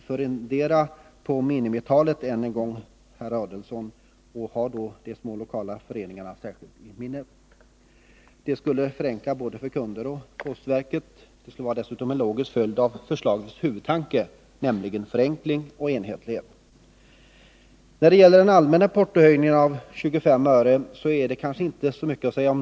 Fundera på minimitalet än en gång, herr Adelsohn, och ha då särskilt de små lokala föreningarna i minnet! Det skulle förenkla både för kunder och för postverket. Det skulle dessutom vara en logisk uppföljning av förslagets huvudtankar nämligen förenkling och enhetlighet. Om den allmänna portohöjningen på 25 öre är kanske inte så mycket att säga.